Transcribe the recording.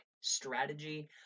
strategy